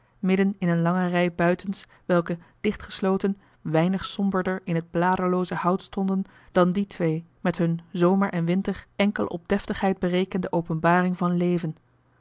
midden in een lange rij buitens welke dichtgesloten weinig somberder in t bladerlooze hout stonden dan die twee met hun zomer en winter enkel op deftigheid berekende openbaring van leven